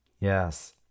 Yes